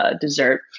dessert